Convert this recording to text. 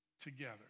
together